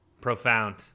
profound